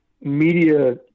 media